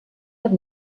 edat